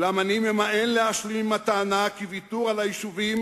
אולם אני ממאן להשלים עם הטענה כי ויתור על היישובים